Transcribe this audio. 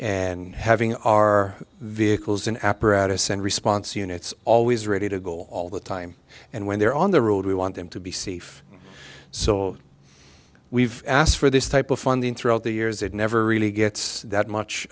and having our vehicles in apparatus and response units always ready to go all the time and when they're on the road we want them to be safe so we've asked for this type of funding throughout the years it never really gets that much